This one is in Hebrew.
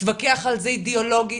תתווכח על זה אידיאולוגית,